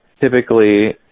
typically